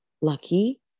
lucky